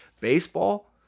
Baseball